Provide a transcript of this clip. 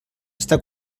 està